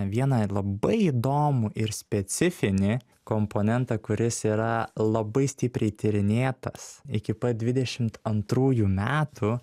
vieną labai įdomų ir specifinį komponentą kuris yra labai stipriai tyrinėtas iki pat dvidešimt antrųjų metų